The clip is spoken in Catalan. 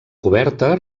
coberta